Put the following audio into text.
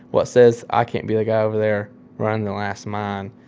what says i can't be the guy over there running the last mine?